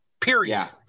period